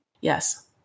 Yes